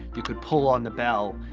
you could pull on the bell,